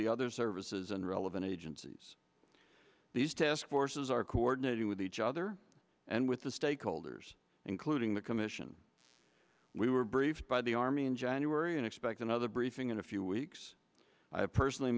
the other services and relevant agencies these task forces are coordinating with each other and with the stakeholders including the commission we were briefed by the army in january and expect another briefing in a few weeks i have personally